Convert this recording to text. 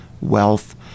wealth